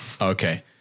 Okay